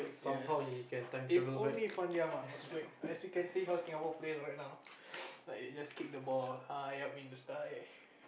yes if only Fandi Ahmad was playing as you can see how Singapore play right now like just kick the ball high up in the sky